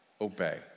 obey